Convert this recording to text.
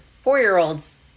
four-year-olds